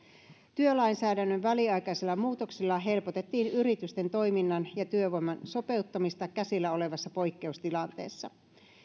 työlainsäädännön väliaikaisella muutoksella helpotettiin yritysten toiminnan ja työvoiman sopeuttamista käsillä olevassa poikkeustilanteessa